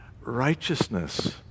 Righteousness